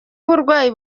uburwayi